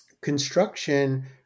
construction